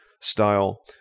style